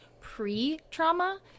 pre-trauma